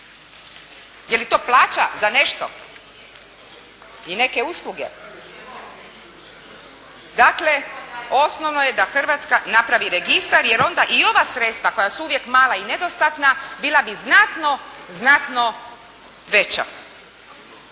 Je li to plaća za nešto i neke usluge? Dakle, osnovno je da Hrvatska napravi registar jer onda i ova sredstva koja su uvijek mala i nedostatna bila bi znatno, znatno veća.